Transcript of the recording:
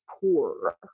poor